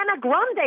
Grande